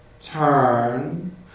turn